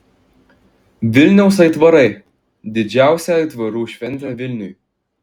vilniaus aitvarai didžiausia aitvarų šventė vilniui